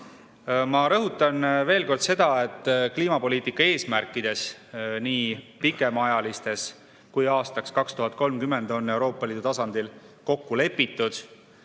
Ma rõhutan veel kord seda, et kliimapoliitika eesmärkides, nii pikemaajalistes kui ka aastaks 2030, on Euroopa Liidu tasandil kokku lepitud.